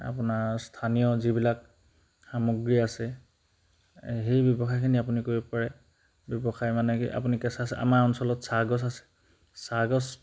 আপোনাৰ স্থানীয় যিবিলাক সামগ্ৰী আছে সেই ব্যৱসায়খিনি আপুনি কৰিব পাৰে ব্যৱসায় মানে কি আপুনি কেঁচা আছে আমাৰ অঞ্চলত চাহগছ আছে চাহগছ